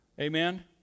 Amen